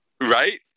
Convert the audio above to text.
Right